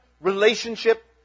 relationship